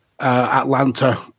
Atlanta